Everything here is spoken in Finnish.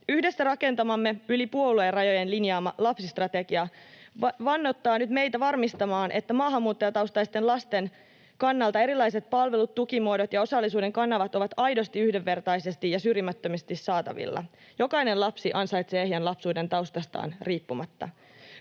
Yhdessä rakentamamme, yli puoluerajojen linjaamamme lapsistrategia vannottaa nyt meitä varmistamaan, että maahanmuuttajataustaisten lasten kannalta erilaiset palvelut, tukimuodot ja osallisuuden kanavat ovat aidosti, yhdenvertaisesti ja syrjimättömästi saatavilla. Jokainen lapsi ansaitsee ehjän lapsuuden taustastaan riippumatta.